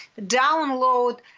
download